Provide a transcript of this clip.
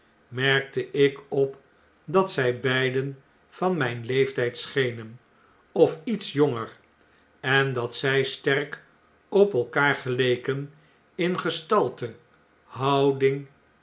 merkte ik op dat zjj beiden van mjn leeftjjd schenen of iets jonger en dat zij sterk op elkaar geleken in gestalte houding